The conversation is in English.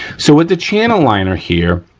so, with the channel liner here,